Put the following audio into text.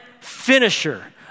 finisher